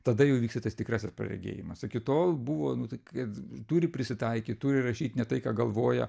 tada jau įvyksta tas tikrasis praregėjimas iki tol buvo nu tai kad turi prisitaikyt turi rašyt ne tai ką galvoja